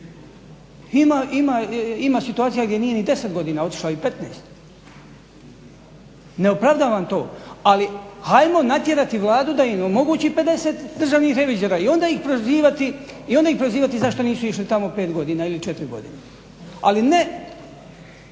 ima situacija gdje nije ni 10 godina otišla i 15. Ne opravdavam to ali ajmo natjerati Vladi da im omogući 50 državnih revizora i onda ih prozivati zašto nisu išli tamo 5 godina ili 4 godine, ali ne